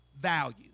value